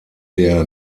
der